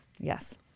Yes